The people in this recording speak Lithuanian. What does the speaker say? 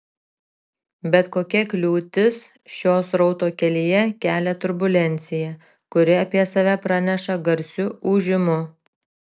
bet kokia kliūtis šio srauto kelyje kelia turbulenciją kuri apie save praneša garsiu ūžimu